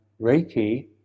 Reiki